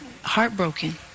heartbroken